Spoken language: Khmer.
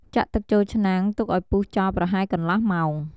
ចាក់ទឹកចូលឆ្នាំង ទុកឱ្យពុះចោល ប្រហែលកន្លះម៉ោង។